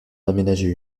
aménager